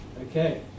Okay